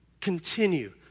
Continue